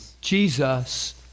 Jesus